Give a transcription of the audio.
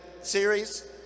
series